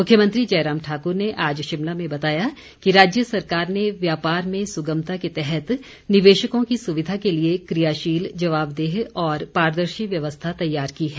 मुख्यमंत्री जयराम ठाक्र ने आज शिमला में बताया कि राज्य सरकार ने व्यापार में सुगमता के तहत निवेशकों की सुविधा के लिए क्रियाशील जवाबदेह और पारदर्शी व्यवस्था तैयार की है